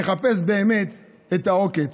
נחפש באמת את העוקץ,